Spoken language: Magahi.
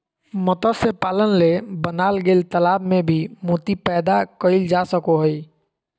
मत्स्य पालन ले बनाल गेल तालाब में भी मोती पैदा कइल जा सको हइ